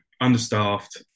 understaffed